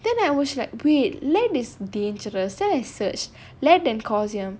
then I was like wait lead is dangerous then I search lead and caesium